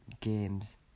games